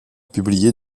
publié